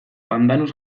pandanus